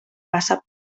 bassa